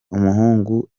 umuhungu